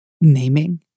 naming